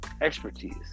expertise